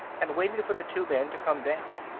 and waited for the two men to come down.